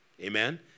amen